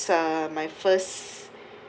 uh my first